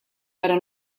però